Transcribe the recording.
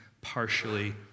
partially